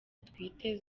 atwite